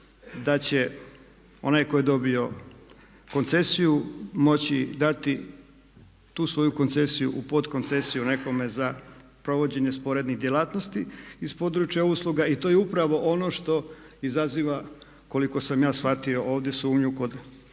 da će onaj koji je dobio koncesiju moći dati tu svoju koncesiju u podkoncesiju nekome za provođenje sporednih djelatnosti iz područja usluga. I to je upravo ono što izaziva, koliko sam ja shvatio ovdje sumnju kod nekih